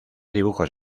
dibujos